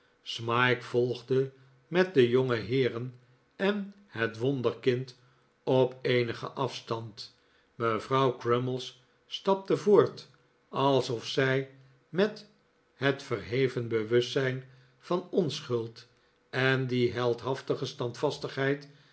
smike volgde met de jongeheeren en het wonderkind op eenigen afstand mevrouw crummies stapte voort alsof zij met het verheven bewustzijn van onschuld en die heldhaftige